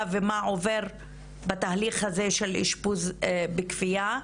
ומה שעובר בתהליך הזה של אשפוז בכפייה,